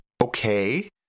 okay